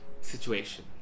situation